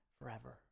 forever